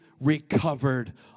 recovered